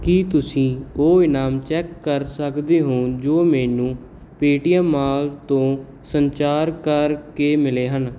ਕੀ ਤੁਸੀਂਂ ਉਹ ਇਨਾਮ ਚੈੱਕ ਕਰ ਸਕਦੇ ਹੋ ਜੋ ਮੈਨੂੰ ਪੇਟੀਐਮ ਮਾਲ ਤੋਂ ਸੰਚਾਰ ਕਰ ਕੇ ਮਿਲੇ ਹਨ